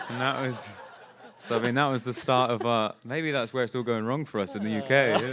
and that was something. that was the start of ah maybe that's where it's all going wrong for us in the uk.